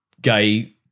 gay